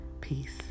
peace